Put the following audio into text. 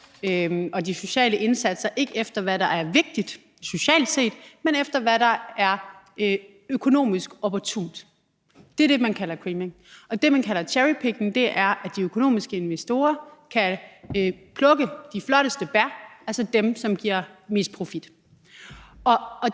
og de sociale indsatser efter, hvad der er vigtigt socialt set, men efter, hvad der er økonomisk opportunt. Det er det, man kalder creaming. Og det, man kalder cherrypicking, dækker over, at de økonomiske investorer kan plukke de flotteste bær, altså dem, som giver mest profit.